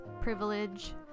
privilege